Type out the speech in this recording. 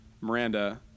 Miranda